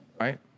right